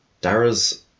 dara's